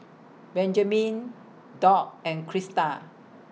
Benjamine Doc and Crysta